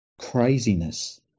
Craziness